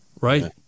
Right